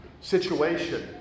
situation